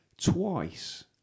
Twice